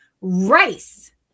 rice